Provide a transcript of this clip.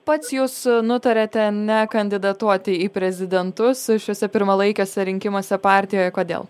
pats jūs nutarėte nekandidatuoti į prezidentus šiuose pirmalaikiuose rinkimuose partijoje kodėl